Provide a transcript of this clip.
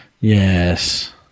yes